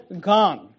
gone